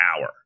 hour